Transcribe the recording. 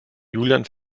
julian